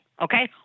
okay